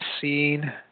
seen